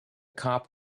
cop